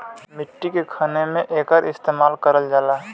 मट्टी के खने में एकर इस्तेमाल करल जाला